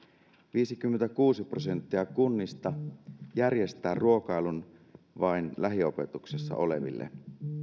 viisikymmentäkuusi prosenttia kunnista järjestää ruokailun vain lähiopetuksessa oleville